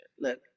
Look